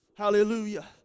Hallelujah